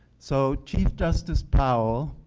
so chief justice powell